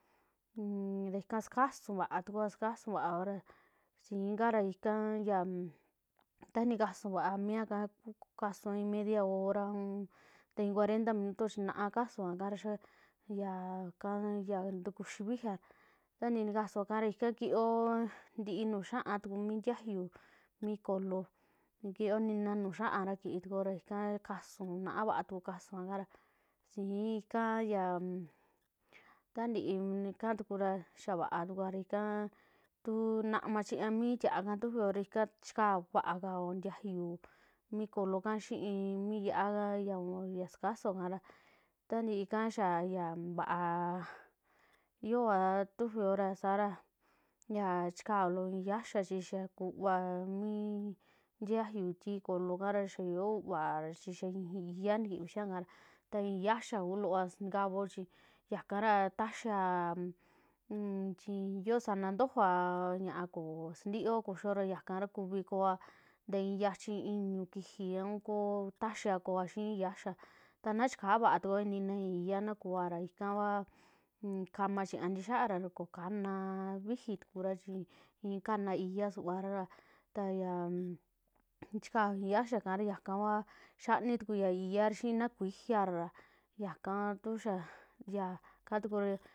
Un ikara sakasuvaa tukoa, sakasuvaoa ra sii kara ika ya, ta nikasuvaa mia kaa, kasuaa i'i media hora un i'i cuarenta minuto chi naa kasua ika ra xaa yaka ya ntukuxii vijia, tantii nukasua kara kiyoo ntii nuju xiaa tuku mi ntiayu mi kolo, kiyo nina nuju xiaara kiitukuora ika kasuu navaa tuku nikasuaka ra, sii ika taa ntii ikatura xaa vaa tukuara ika tu naama chiña mi tiaka tufio ra ika chikao kuaakao ntiayuu mi koloka xii mi ya'aka ya sikasuo kara, tantii ika xaa ya vaa yiooa tufiora sara ya chikao loo ixii yiaxaa ra kuuva mi ntiayu ti kolo kara xaa uvaa chi xaa ixii iya'a nikivi xiia kara, ixii yiaxaa suntukavao chi yakara taxia un chi yoo sanaa ntojoova ñaa koo suntioa kuxio, yakara kuvi koa ntaii yachii iñuu kiji a unkoo taxia koa xii ixii yiaxaa, ta na chikaa vaa tukuoa, ii nina ixii iya'a na kuara ika va kama chinâ ntixa'ara ra kokana viji tukura chi i'i kana iya'a suvaara ra, ta ya chikao ixii yiaxaakara yaka xiani tuku ya ya ixia ra xii na kuijiara ra yaka tuxaa, yaka tukura.